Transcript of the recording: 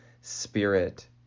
spirit